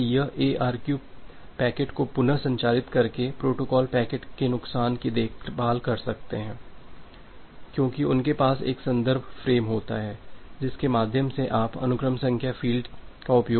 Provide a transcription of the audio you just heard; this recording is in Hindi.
इसलिए यह एआरक्यू पैकेट को पुनः संचारित करके प्रोटोकॉल पैकेट के नुकसान की देखभाल कर सकते हैं क्योंकि उनके पास एक संदर्भ फ्रेम होता है जिसके माध्यम से आप अनुक्रम संख्या फ़ील्ड का उपयोग कर सकते हैं